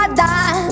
die